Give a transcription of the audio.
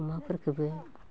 अमाफोरखोबो